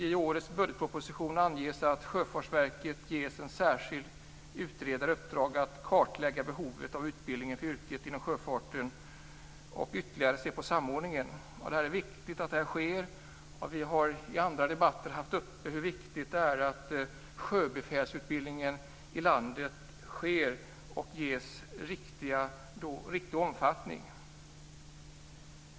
I årets budgetproposition anges att Sjöfartsverket ger en särskild utredare i uppdrag att kartlägga behovet av utbildning inom sjöfarten och ytterligare ser på samordningen. Det är viktigt att det sker. Vi har i andra debatter haft uppe hur viktigt det är att sjöbefälsutbildning sker i landet och ges en riktig omfattning.